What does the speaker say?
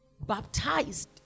baptized